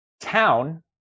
town